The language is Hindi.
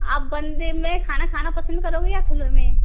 आप बंदे में खाना खाना पसंद करोगे या खुले में